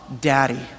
Daddy